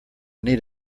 need